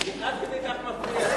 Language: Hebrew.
החוק נפלה,